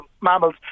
mammals